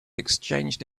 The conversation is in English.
exchanged